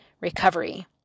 recovery